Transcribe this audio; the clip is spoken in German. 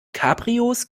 cabrios